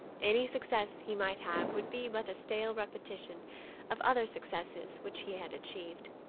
any success he might have would be but a stale repetition of other successes which he had achieved.